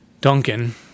Duncan